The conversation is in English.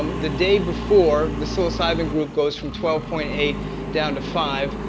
the day before, the psilocybin group goes from twelve point eight down to five,